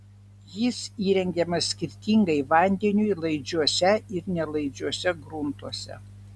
jis įrengiamas skirtingai vandeniui laidžiuose ir nelaidžiuose gruntuose